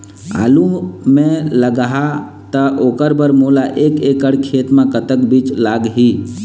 आलू मे लगाहा त ओकर बर मोला एक एकड़ खेत मे कतक बीज लाग ही?